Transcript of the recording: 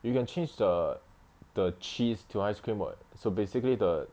you can change the the cheese to ice cream [what] so basically the